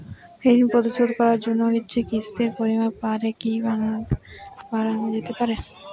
ঋন পরিশোধ করার জন্য কিসতির পরিমান পরে কি বারানো যেতে পারে?